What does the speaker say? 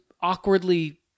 awkwardly